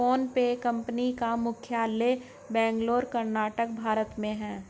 PhonePe company का मुख्यालय बेंगलुरु कर्नाटक भारत में है